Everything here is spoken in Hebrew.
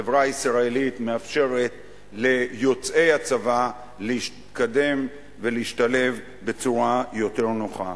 החברה הישראלית מאפשרת ליוצאי הצבא להתקדם ולהשתלב בצורה יותר נוחה.